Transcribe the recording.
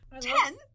Ten